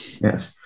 Yes